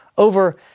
over